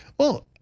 well,